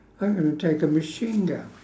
I'm gonna take a machine gun